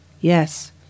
Yes